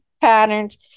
patterns